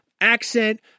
Accent